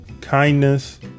kindness